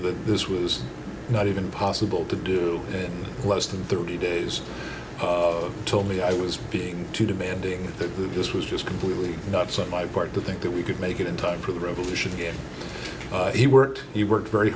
that this was not even possible to do in less than thirty days told me i was being too demanding that this was just completely nuts on my part to think that we could make it in time for the revolution again he worked he worked very